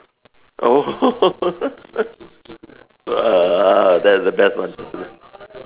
oh !wah! that's the best one